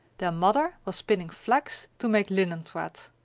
their mother was spinning flax to make linen thread.